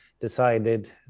decided